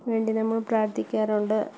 വേണ്ടി നമ്മൾ പ്രാർത്ഥിക്കാറുണ്ട്